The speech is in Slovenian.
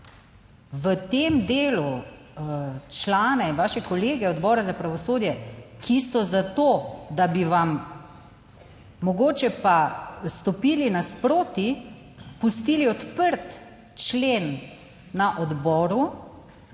v tem delu člane, vaše kolege Odbora za pravosodje, ki so za to, da bi vam mogoče pa stopili nasproti, pustili odprt člen na odboru